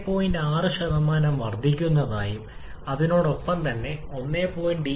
നമുക്ക് ഇതിനകം k ഉണ്ട് നമുക്ക് r ഉം η ഉം ഉണ്ട് 0